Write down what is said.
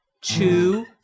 Two